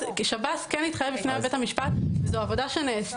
שירות בתי הסוהר כן התחייב בפני בית המשפט וזו עבודה שנעשתה